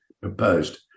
proposed